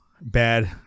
bad